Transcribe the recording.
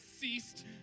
ceased